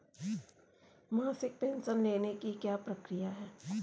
मासिक पेंशन लेने की क्या प्रक्रिया है?